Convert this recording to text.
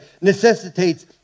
necessitates